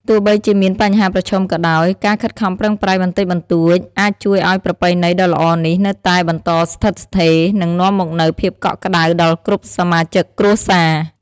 ទោះបីជាមានបញ្ហាប្រឈមក៏ដោយ ការខិតខំប្រឹងប្រែងបន្តិចបន្តួចអាចជួយឲ្យប្រពៃណីដ៏ល្អនេះនៅតែបន្តស្ថិតស្ថេរ និងនាំមកនូវភាពកក់ក្តៅដល់គ្រប់សមាជិកគ្រួសារ ។